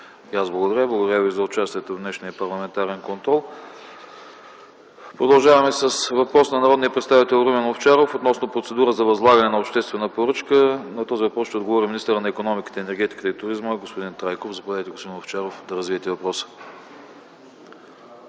аз благодаря. Благодаря Ви и за участието в днешния парламентарен контрол. Продължаваме с въпрос на народния представител Румен Овчаров относно процедура за възлагане на обществена поръчка. На този въпрос ще отговори министърът на икономиката, енергетиката и туризма. Заповядайте да развиете въпроса,